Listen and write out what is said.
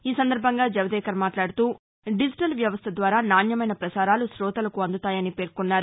ఈ సందర్బంగా జవదేకర్ మాట్లాడుతూడిజిటల్ వ్యవస్ట ద్వారా నాణ్యమైన పసారాలు కోతలకు అందుతాయని పేర్కొన్నారు